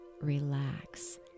relax